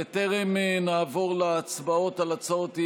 בטרם נעבור להצבעות על הצעות האי-אמון,